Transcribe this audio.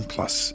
Plus